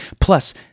Plus